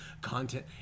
content